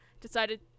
decided